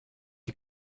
est